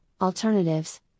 alternatives